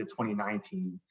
2019